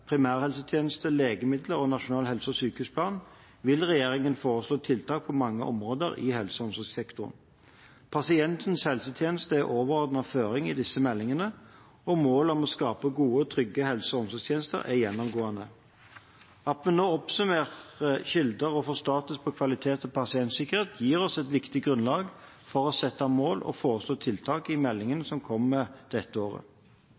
primærhelsetjeneste, legemidler og nasjonal helse- og sykehusplan vil regjeringen foreslå tiltak på mange områder i helse- og omsorgssektoren. Pasientens helsetjeneste er overordnet føring i disse meldingene, og målet om å skape gode og trygge helse- og omsorgstjenester er gjennomgående. At vi nå har oppsummert kilder og fått status på kvalitet og pasientsikkerhet gir oss et viktig grunnlag for å sette mål og foreslå tiltak i meldingene som kommer dette året.